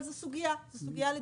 אבל זאת סוגיה לדיון.